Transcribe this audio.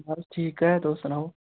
बस ठीक ऐ तुस सनाओ